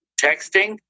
texting